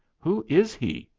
who is he?